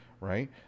right